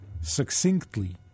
succinctly